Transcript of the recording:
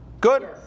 Good